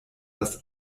das